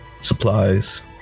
...supplies